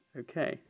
okay